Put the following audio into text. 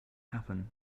happen